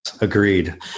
Agreed